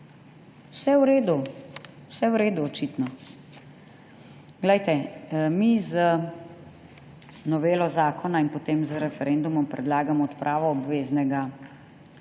Vse v redu. Vse v redu, očitno. Mi z novelo zakona in potem z referendumom predlagamo odpravo obveznega